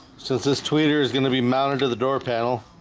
so this tweeter is gonna be mounted to the door panel